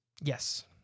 Yes